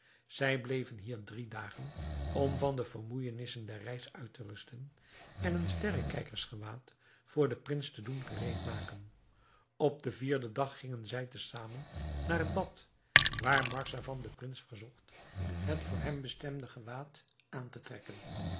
zij bleven hier drie dagen om van de vermoeijenissen der reis uit te rusten en een sterrekijkersgewaad voor den prins te doen gereed maken op den vierden dag gingen zij te zamen naar het bad waar marzavan den prins verzocht het voor hem bestemde gewaad aan te trekken